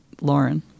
Lauren